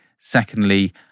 Secondly